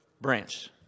branch